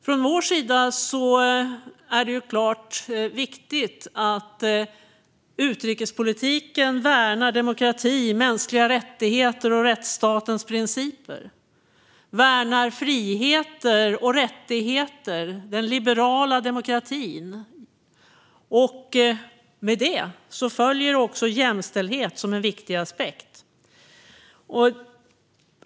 Från vår sida är det såklart viktigt att utrikespolitiken värnar demokrati, mänskliga rättigheter och rättsstatens principer, värnar friheter och rättigheter, den liberala demokratin. Med detta följer också jämställdhet som en viktig aspekt.